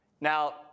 Now